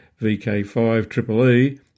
VK5EEE